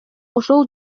ошол